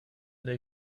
they